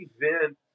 event